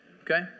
okay